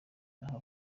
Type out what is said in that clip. naho